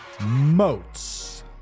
moats